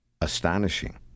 Astonishing